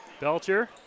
Belcher